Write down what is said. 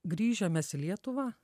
grįžę mes į lietuvą